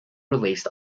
released